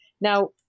Now